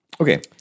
Okay